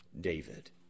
David